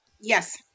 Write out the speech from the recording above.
Yes